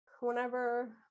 whenever